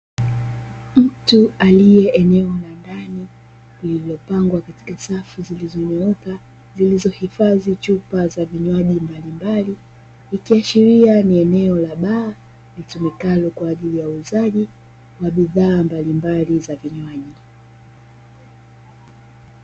Mtu aliye eneo la ndani lililopangwa katika safu zilizonyooka, zilizohifadhi chupa za vinywaji mbalimbali, ikiashiria ni eneo la baa litumikalo kwa ajili ya uuzaji wa bidhaa mbalimbali za vinywaji.